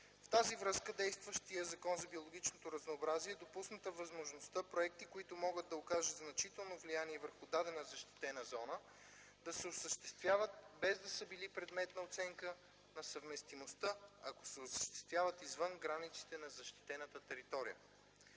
В тази връзка в действащия Закон за биологичното разнообразие е допусната възможността проекти, които могат да окажат значително влияние върху дадена защитена зона, да се осъществяват, без да са били предмет на оценка на съвместимостта, ако се осъществяват извън границите на защитената територия.